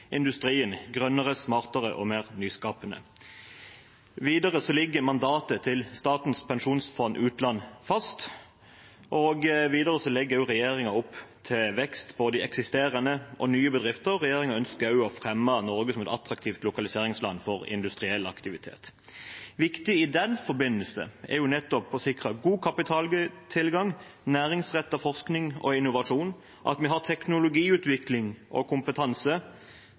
Industrien – grønnere, smartere og mer nyskapende. Mandatet til Statens pensjonsfond utland ligger fast, og videre legger regjeringen opp til vekst i både eksisterende og nye bedrifter. Regjeringen ønsker også å fremme Norge som et attraktivt lokaliseringsland for industriell aktivitet. Viktig i den forbindelse er nettopp å sikre god kapitaltilgang, næringsrettet forskning og innovasjon, og at vi har teknologiutvikling og kompetanse,